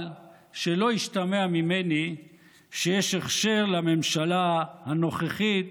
אבל שלא ישתמע ממני שיש הכשר לממשלה הנוכחית